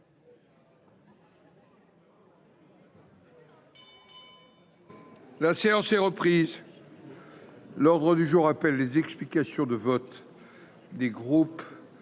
La séance est reprise. L’ordre du jour appelle les explications de vote des groupes